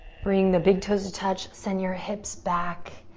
bring the big toes to touch, send your hips back.